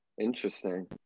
Interesting